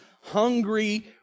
hungry